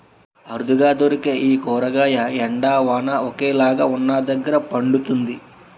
అరుదుగా దొరికే ఈ కూరగాయ ఎండ, వాన ఒకేలాగా వున్నదగ్గర పండుతుంది